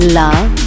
love